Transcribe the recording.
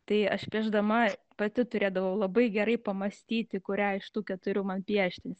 tai aš piešdama pati turėdavau labai gerai pamąstyti kurią iš tų keturių man piešti